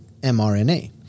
MRNA